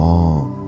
Long